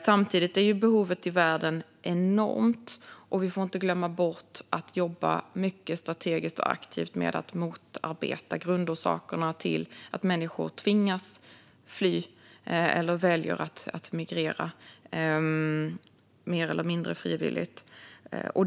Samtidigt är behovet i världen enormt, och vi får inte glömma bort att jobba mycket strategiskt och aktivt med att motarbeta grundorsakerna till att människor tvingas fly eller väljer att migrera, mer eller mindre frivilligt.